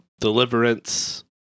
Deliverance